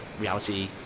reality